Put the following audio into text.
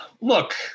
look